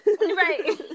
Right